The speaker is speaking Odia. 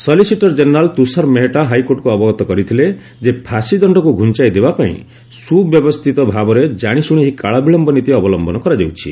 ସଲିସିଟର ଜେନେରାଲ ତୁଷାର ମେହେଟା ହାଇକୋର୍ଟକୁ ଅବଗତ କରିଥିଲେ ଯେ ଫାଶୀଦଣ୍ଡକୁ ଘୁଞ୍ଚାଇ ଦେବାପାଇଁ ସୁବ୍ୟବସ୍ଥିତ ଭାବରେ କାଶିଶୁଣି ଏହି କାଳବିଳମ୍ବ ନୀତି ଅବଲମ୍ଭନ କରାଯାଉଛି